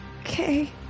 Okay